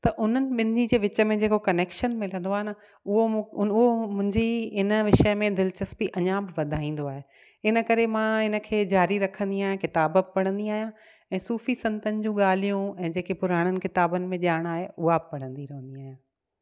त उन्हनि ॿिनि जे विच में जेको कनैक्शन मिलंदो आहे न उहो मूं उहो मुंहिंजी इन विषय में दिलचस्पी अञा बि वधाईंदो आहे इन करे मां इन खे ज़ारी रखंदी आहियां किताब पढ़ंदी आहियां ऐं सुफ़ी संतनि जो ॻाल्हियूं ऐं जेके पुराणनि किताबनि में ॼाण आहे उहा बि पढ़ंदी रहंदी आहियां